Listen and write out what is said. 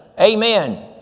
Amen